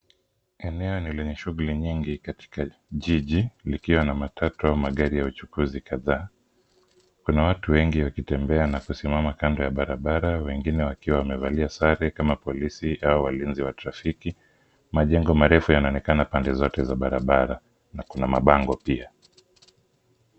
Eneo ni lenye shuguli nyingi katika jiji likiwa na matatu au magari ya uchukuzi kadhaa. Kuna watu wengi wakitembea na kusimama kando ya barabara wengine wakiwa wamevalia sare kama polisi au walinzi wa trafiki. Majengo marefu yanaonekana pande zote za barabara, na kuna mabango pia.